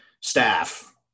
staff